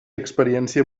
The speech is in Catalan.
experiència